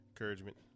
encouragement